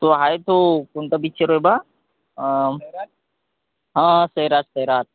तो आहे तो कोणतं पिच्चर आहे बा हं सैराट सैराट